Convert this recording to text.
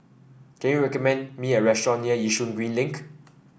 can you recommend me a restaurant near Yishun Green Link